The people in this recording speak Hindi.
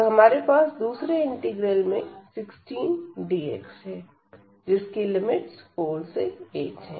तो हमारे पास दूसरे इंटीग्रल में 16 dx है जिसकी लिमिट्स 4 से 8है